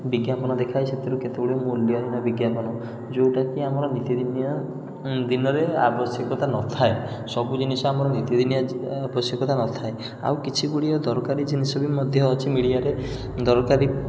ବିଜ୍ଞାପନ ଦେଖାଇ ସେଥିରୁ କେତେ ଗୁଡ଼ିଏ ମୂଲ୍ୟହୀନ ବିଜ୍ଞାପନ ଯେଉଁଟାକି ଆମର ନିତିଦିନିଆ ଦିନରେ ଆବଶ୍ୟକତା ନଥାଏ ସବୁ ଜିନିଷ ଆମର ନିତିଦିନିଆ ଜୀବନରେ ଆବଶ୍ୟକ ନଥାଏ ଆଉ କିଛି ଗୁଡ଼ିଏ ଦରକାରୀ ଜିନିଷ ବି ମଧ୍ୟ ଅଛି ମିଡ଼ିଆରେ ଦରକାରୀ